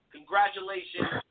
Congratulations